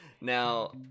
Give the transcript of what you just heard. Now